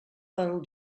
pel